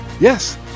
Yes